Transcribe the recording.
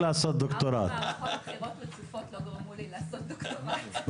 כראש צוות בממ"מ.